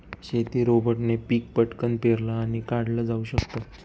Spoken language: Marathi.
शेती रोबोटने पिक पटकन पेरलं आणि काढल जाऊ शकत